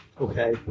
Okay